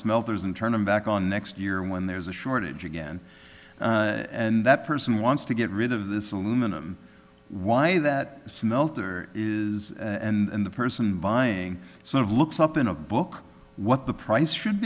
smelters and turn them back on next year when there's a shortage again and that person wants to get rid of this aluminum why that smelter is and the person buying sort of looks up in a book what the price should